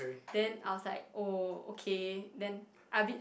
then I was like oh okay then I a bit